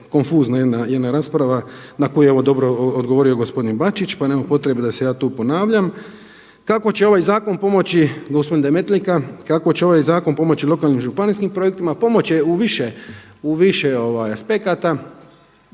konfuzna jedna rasprava na koju je evo dobro odgovorio gospodin Bačić pa nema potrebe da se ja tu ponavljam. Kako će ovaj zakon pomoći gospodine Demetlika kako će ovaj zakon pomoći lokalnim i županijskim projektima. Pomoći će u više aspekata,